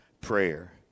prayer